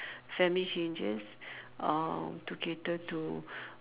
family changes uh to cater to